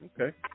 Okay